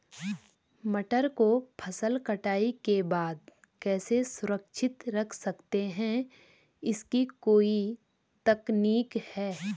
मटर को फसल कटाई के बाद कैसे सुरक्षित रख सकते हैं इसकी कोई तकनीक है?